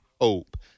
hope